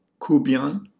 Kubion